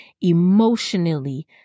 emotionally